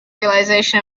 realization